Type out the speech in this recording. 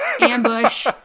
ambush